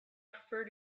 prefer